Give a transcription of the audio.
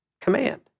command